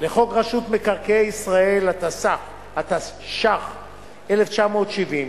לחוק רשות מקרקעי ישראל, התש"ך 1960,